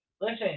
listen